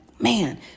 Man